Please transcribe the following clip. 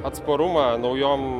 atsparumą naujom